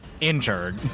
injured